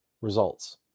results